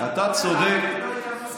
אתה צודק,